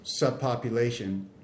subpopulation